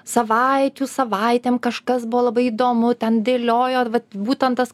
savaičių savaitėm kažkas buvo labai įdomu ten dėliojo vat būtent tas